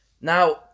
Now